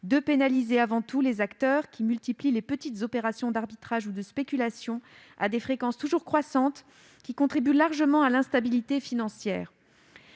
de pénaliser les acteurs qui multiplient les petites opérations d'arbitrage ou de spéculation à des fréquences toujours croissantes, et qui contribuent largement à l'instabilité financière.